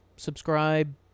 subscribe